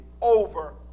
over